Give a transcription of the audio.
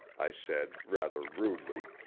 i said, rather rudely.